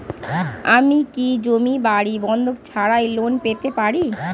আমি কি জমি বাড়ি বন্ধক ছাড়াই লোন পেতে পারি?